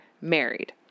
married